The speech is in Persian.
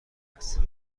است